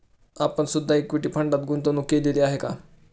आपण सुद्धा इक्विटी फंडात गुंतवणूक केलेली आहे का?